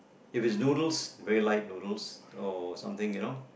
if it's noodles very light noodles or something you know